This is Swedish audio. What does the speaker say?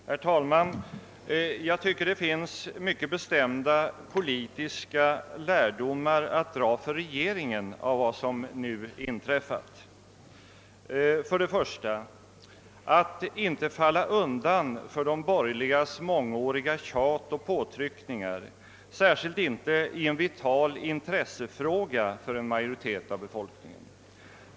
Herr talman! Jag tycker att det finns mycket bestämda politiska lärdomar för regeringen att dra av vad som nu inträffat: För det första att inte falla undan för de borgerligas mångåriga tjat och påtryckningar, särskilt inte i en fråga som är av vitalt intresse för en majoritet av befolkningen.